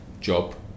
job